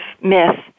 myth